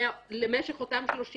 לא, לא.